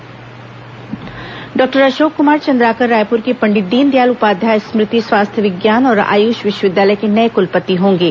आयुष विश्वविद्यालय कुलपति डॉक्टर अशोक कुमार चन्द्राकर रायपुर के पंडित दीनदयाल उपाध्याय स्मृति स्वास्थ्य विज्ञान और आयुष विश्वविद्यालय के नये कुलपति होंगे